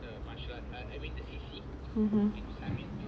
(uh huh)